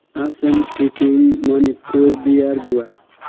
Assam Sikkim Manipur Bihar Goa